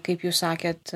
kaip jūs sakėt